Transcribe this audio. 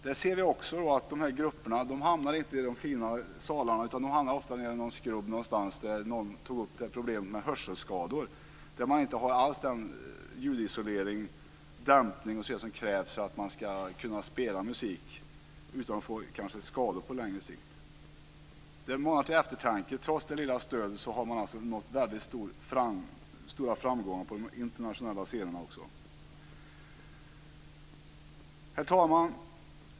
Där kan vi se att dessa musikgrupper inte hamnar i de fina salongerna, utan de hamnar ofta i någon skrubb - någon tog upp detta med hörselskador - där man inte alls har den ljudisolering som krävs för att man ska kunna spela musik utan att få skador på längre sikt. Detta manar till eftertanke. Trots det lilla stödet har man alltså haft väldigt stora framgångar på de internationella scenerna. Herr talman!